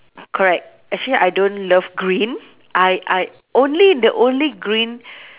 correct actually I don't love green I I only the only green